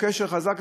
קשר חזק,